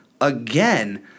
again